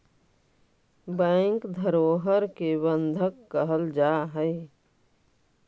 bank धरोहर के बंधक कहल जा हइ